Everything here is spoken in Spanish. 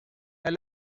las